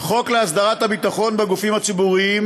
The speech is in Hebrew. חוק להסדרת הביטחון בגופים הציבוריים,